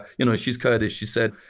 you know she's kurdish, she said,